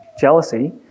jealousy